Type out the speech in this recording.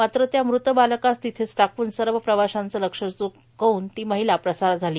मात्र त्या मृत बालकास तिथेच टाकून सर्व प्रवाषांचे लक्ष च्कवून ती महिला पसार झाली